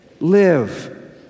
live